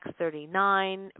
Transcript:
X39